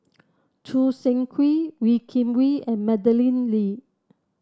Choo Seng Quee Wee Kim Wee and Madeleine Lee